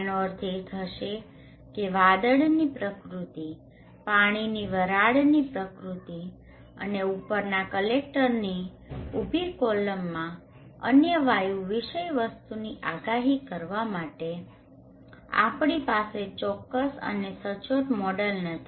આનો અર્થ એ થશે કે વાદળની પ્રકૃતિ પાણીની વરાળની પ્રકૃતિ અને ઉપરના કલેકટરની ઉભી કોલમમાં અન્ય વાયુ વિષયવસ્તુની આગાહી કરવા માટે આપણી પાસે ચોક્કસ અને સચોટ મોડેલ નથી